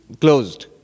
closed